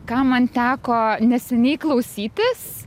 ką man teko neseniai klausytis